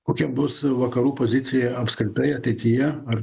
kokia bus vakarų pozicija apskritai ateityje ar